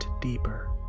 deeper